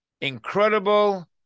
incredible